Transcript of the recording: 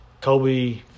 Kobe